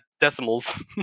decimals